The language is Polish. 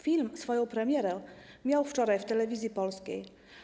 Film swoją premierę miał wczoraj w telewizji polskiej.